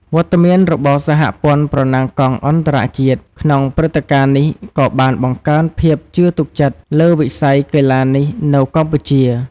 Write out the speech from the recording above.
វត្តមានរបស់ សហព័ន្ធប្រណាំងកង់អន្តរជាតិ ក្នុងព្រឹត្តិការណ៍នេះក៏បានបង្កើនភាពជឿទុកចិត្តលើវិស័យកីឡានេះនៅកម្ពុជា។